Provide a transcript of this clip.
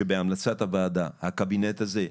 שבהמלצת הוועדה הקבינט הזה,